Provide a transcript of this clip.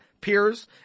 peers